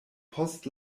post